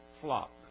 flock